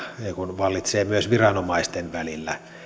vallitsee myös viranomaisten välillä